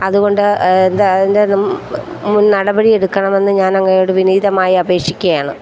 അതുകൊണ്ട് എന്താ അതിൻ്റെ മുൻനടപടി എടുക്കണമെന്ന് ഞാനങ്ങയോട് വിനീതമായി അപേഷിക്കുകയാണ്